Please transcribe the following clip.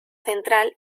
central